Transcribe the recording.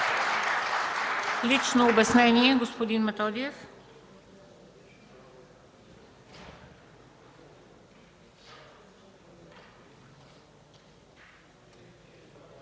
лично обяснение, господин Местан.